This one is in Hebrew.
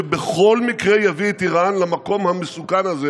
שבכל מקרה יביא את איראן למקום המסוכן הזה,